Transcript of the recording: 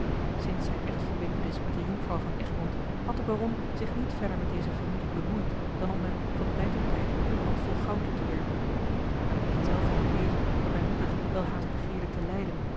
sinds zijne echtverbintenis met de jonkvrouw van egmond had de baron zich niet verder met deze familie bemoeid dan om hen van tijd tot tijd een handvol goud toe te werpen maar het eenzelvige leven dat mijne moeder welhaast begeerde te leiden